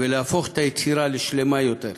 ולהפוך את היצירה לשלמה יותר.